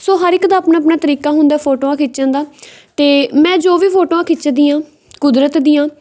ਸੋ ਹਰ ਇੱਕ ਦਾ ਆਪਣਾ ਆਪਣਾ ਤਰੀਕਾ ਹੁੰਦਾ ਫੋਟੋਆਂ ਖਿੱਚਣ ਦਾ ਅਤੇ ਮੈਂ ਜੋ ਵੀ ਫੋਟੋਆਂ ਖਿੱਚਦੀ ਹਾਂ ਕੁਦਰਤ ਦੀਆਂ